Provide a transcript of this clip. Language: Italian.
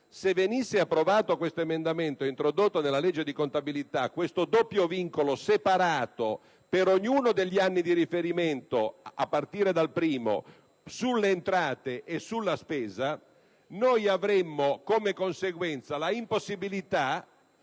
fosse approvato questo emendamento e fosse introdotto nella legge di contabilità - il doppio vincolo separato per ognuno degli anni di riferimento, a partire dal primo, sulle entrate e sulla spesa, avrebbe come conseguenza l'impossibilità